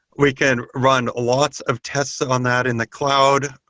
we can run lots of tests on that in the cloud.